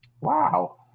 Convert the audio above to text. Wow